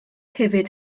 hefyd